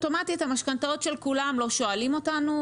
אוטומטית המשכנתאות של כולם לא שואלים אותנו,